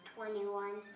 Twenty-one